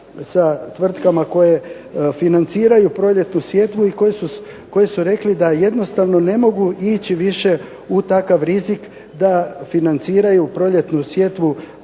sa tvrtkama koje financiraju proljetnu sjetvu i koji su rekli da jednostavno ne mogu ići više u takav rizik da financiraju proljetnu sjetvu